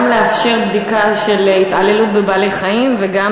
גם לאפשר בדיקה של התעללות בבעלי-חיים וגם